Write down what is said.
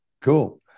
cool